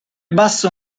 basso